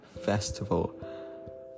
Festival